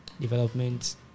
development